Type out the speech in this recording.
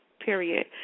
period